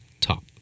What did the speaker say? Top